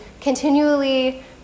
continually